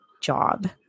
job